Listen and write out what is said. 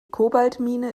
kobaltmine